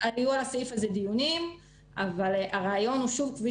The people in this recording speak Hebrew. היו על הסעיף הזה דיונים אבל הרעיון הוא שוב,